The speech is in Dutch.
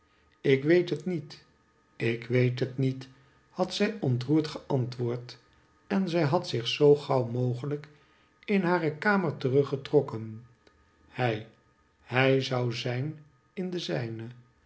ik weet het niet ik weet het niet had zij ontroerd geantwoord en zij had zich zoo gauw mogelijk in hare kamer teruggetrokken hij hij zou zijn in de zijne